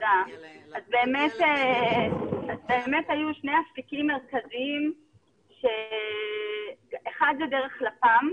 אז באמת היו שני אפיקים מרכזיים שאחד זה דרך לפ"מ,